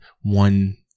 one